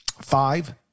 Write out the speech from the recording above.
five